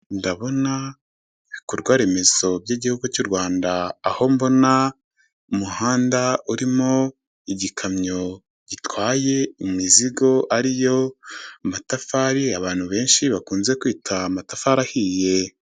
Ndabona ibikorwa remezo by'igihugu cy'u Rwanda aho mbona umuhanda urimo igikamyo gitwaye imizigo ari yo matafari abantu benshi bakunze kwita amatafari ahiye.